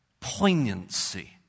poignancy